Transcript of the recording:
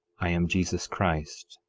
i am jesus christ,